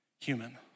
human